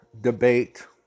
debate